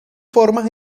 formas